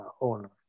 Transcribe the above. owners